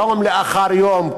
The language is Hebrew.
יום אחר יום,